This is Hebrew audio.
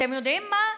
ואתם יודעים מה?